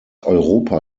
europa